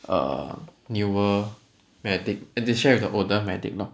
uh newer medic eh they share with the older medic lor